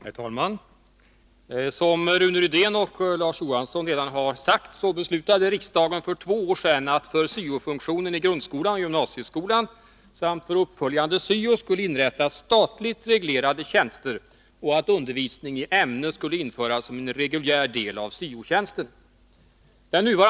Herr talman! Som Rune Rydén och Larz Johansson redan har sagt beslutade riksdagen för två år sedan att för syo-funktionen i grundskolan och gymnasieskolan samt för uppföljande syo skulle inrättas statligt reglerade tjänster och att undervisning i ämnet skulle införas som en reguljär del av syo-tjänsten.